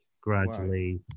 gradually